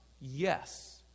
Yes